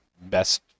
best